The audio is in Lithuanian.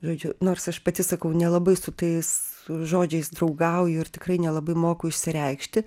žodžiu nors aš pati sakau nelabai su tais su žodžiais draugauju ir tikrai nelabai moku išsireikšti